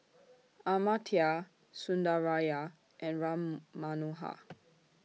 Amartya Sundaraiah and Ram Manohar